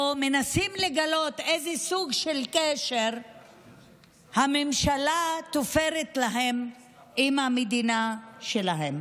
או מנסים לגלות איזה סוג של קשר הממשלה תופרת להם עם המדינה שלהם.